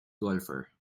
golfer